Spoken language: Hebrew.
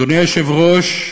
אדוני היושב-ראש,